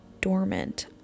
dormant